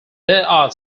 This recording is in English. are